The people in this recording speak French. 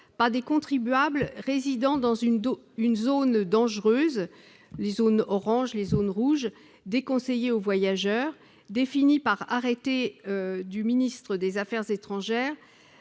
par des contribuables résidant dans une zone dangereuse- les zones oranges et rouges -, déconseillée aux voyageurs, définie par arrêté du ministre des affaires étrangères,